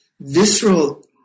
visceral